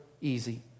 easy